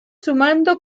sumando